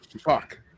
Fuck